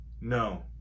no